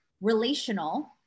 relational